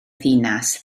ddinas